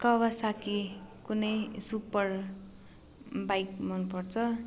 Kawasaki कुनै super bike मनपर्छ